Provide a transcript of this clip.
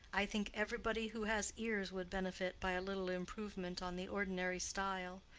i think everybody who has ears would benefit by a little improvement on the ordinary style.